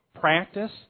practice